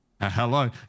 hello